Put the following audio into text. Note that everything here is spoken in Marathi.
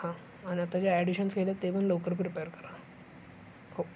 हां आणि आता जे ॲडिशन्स केले आहेत ते पण लवकर प्रिपेर करा हो